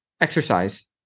exercise